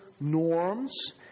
norms